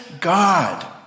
God